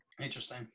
Interesting